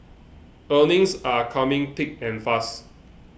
earnings are coming thick and fast